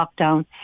lockdown